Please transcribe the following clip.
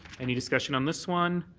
any discussion on this one.